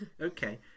Okay